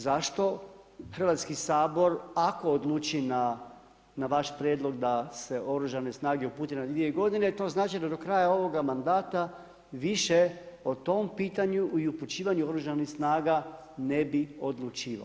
Zašto Hrvatski sabor ako odluči na vaš prijedlog da se Oružane snage upute na 2 godine to znači da do kraja ovoga mandata više o tom pitanju i upućivanju Oružanih snaga ne bi odlučivao.